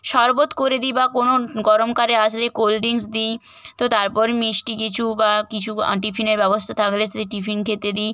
শরবত করে দিই বা কোনো গরমকালে আসলে কোল্ড ড্রিঙ্কস দিই তো তারপর মিষ্টি কিছু বা কিছু টিফিনের ব্যবস্তা থাকলে সে টিফিন খেতে দিই